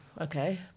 okay